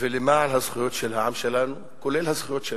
ולמען הזכויות של העם שלנו, כולל הזכויות שלנו.